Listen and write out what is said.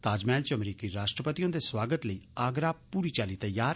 ताजमैहल च अमरीकी राष्ट्रपति हुंदे सोआगत लेई आगरा पूरी चाल्ली तैयार